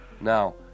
Now